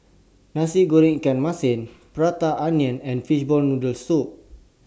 Nasi Goreng Ikan Masin Prata Onion and Fishball Noodle Soup